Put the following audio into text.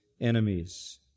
enemies